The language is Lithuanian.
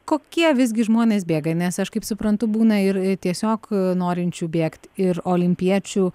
kokie visgi žmonės bėga nes aš kaip suprantu būna ir tiesiog norinčių bėgt ir olimpiečių